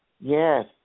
Yes